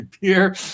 beer